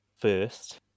First